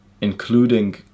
including